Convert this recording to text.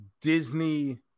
Disney